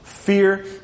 fear